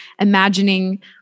imagining